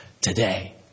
today